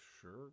sure